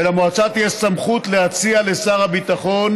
למועצה תהיה סמכות להציע לשר הביטחון